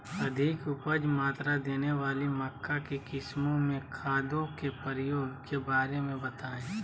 अधिक उपज मात्रा देने वाली मक्का की किस्मों में खादों के प्रयोग के बारे में बताएं?